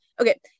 okay